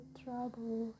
trouble